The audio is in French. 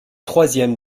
troisième